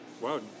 wow